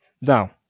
Now